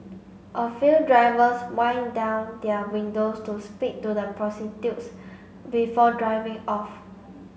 a few drivers wind down their windows to speak to the prostitutes before driving off